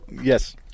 Yes